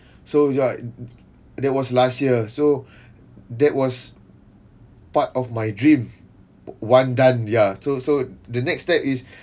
so ya that was last year so that was part of my dream one done ya so so the next step is